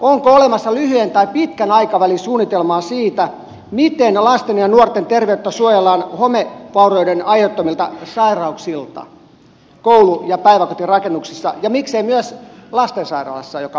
onko olemassa lyhyen tai pitkän aikavälin suunnitelmaa siitä miten lasten ja nuorten terveyttä suojellaan homevaurioiden aiheuttamilta sairauksilta koulu ja päiväkotirakennuksissa ja miksei myös lastensairaalassa joka on ajankohtainen